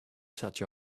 such